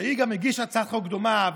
שהגישה הצעת חוק דומה,